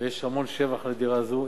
ויש המון שבח לדירה הזאת,